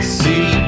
see